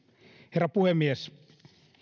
herra puhemies